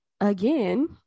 again